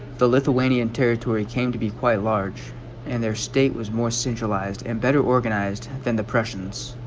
the lithuanian territory came to be quite large and their state was more centralized and better organized than the prussians